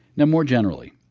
now more generally,